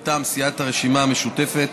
מטעם סיעת הרשימה המשותפת: